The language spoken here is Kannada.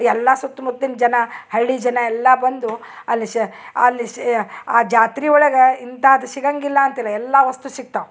ಎಲ್ಲಾ ಸುತ್ಮುತ್ತಿನ ಜನ ಹಳ್ಳಿ ಜನ ಎಲ್ಲಾ ಬಂದು ಅಲ್ಲಿ ಶ ಅಲ್ಲಿ ಶಯ ಆ ಜಾತ್ರಿ ಒಳಗ ಇಂಥದ್ ಸಿಗಂಗಿಲ್ಲ ಅಂತಿಲ ಎಲ್ಲಾ ವಸ್ತು ಸಿಗ್ತವ